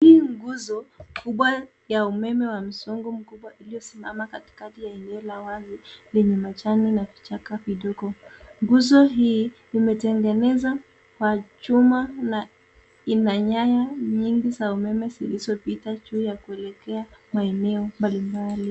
Hii nguzo mkubwa ya umeme wa msongo mkubwa iliyosimama katikati ya eneo la wazi lenye majani na vichaka vidogo. Nguzo hii imetengeneza kwa chuma na ina nyaya nyingi za umeme zilizopita juu ya kuelekea maeneo mbalimbali.